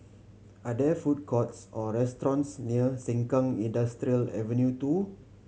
are there food courts or restaurants near Sengkang Industrial Avenue Two